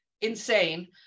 insane